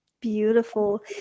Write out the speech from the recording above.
Beautiful